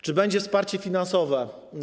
Czy będzie wsparcie finansowe?